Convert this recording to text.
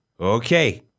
Okay